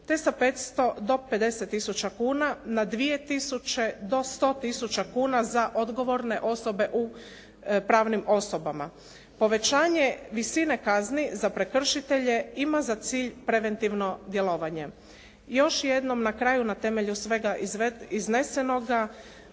te sa 500 do 50 tisuća kuna na 2 tisuće do 100 tisuća kuna za odgovorne osobe u pravnim osobama. Povećanje visine kazni za prekršitelje ima za cilj preventivno djelovanje. Još jednom na kraju na temelju svega iznesenoga